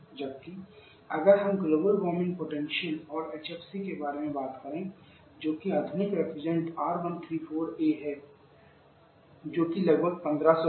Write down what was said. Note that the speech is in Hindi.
जबकि अगर हम ग्लोबल वार्मिंग पोटेंशियल और HFC के बारे में बात करें जो कि आधुनिक रेफ्रिजरेंट R134a है जो कि लगभग 1500 है